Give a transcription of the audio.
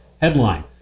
headline